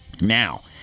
Now